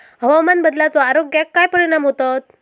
हवामान बदलाचो आरोग्याक काय परिणाम होतत?